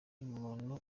umuntu